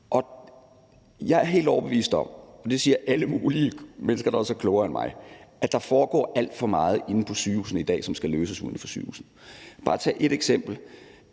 Jeg er helt overbevist om – og det siger alle mulige mennesker, der også er klogere end mig – at der foregår alt for meget inde på sygehusene i dag, som skal løses uden for sygehusene. Lad mig bare tage et eksempel.